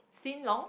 Sin Long